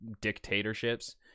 dictatorships